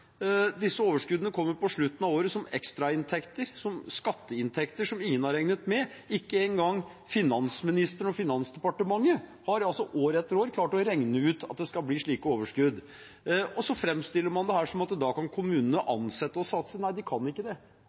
Disse overskuddene kommer på slutten av året som ekstrainntekter, skatteinntekter som ingen har regnet med. Ikke engang finansministeren og Finansdepartementet har år etter år klart å regne ut at det skal bli slike overskudd. Man framstiller det her som at da kan kommunene ansette og satse. Nei, de kan ikke det.